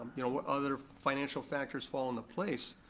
you know, where other financial factors fall into place,